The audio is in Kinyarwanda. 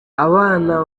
abana